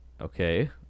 Okay